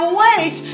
wait